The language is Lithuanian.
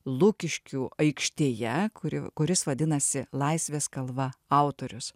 lukiškių aikštėje kuri kuris vadinasi laisvės kalva autorius